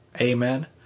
Amen